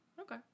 okay